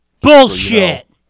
Bullshit